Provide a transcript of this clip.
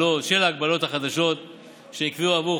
והגבלת ההוצאה התקציבית,